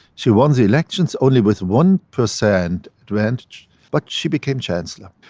she won the elections only with one percent advantage but she became chancellor.